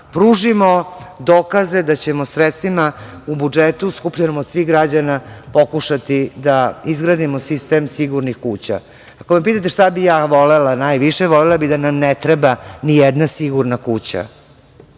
pružimo dokaze da ćemo sredstvima u budžetu, skupljenom od svih građana, pokušati da izgradimo sistem "sigurnih kuća".Ako me pitate šta bih ja volela najviše? Volela bih da nam ne treba nijedna "sigurna